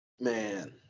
Man